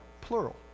plural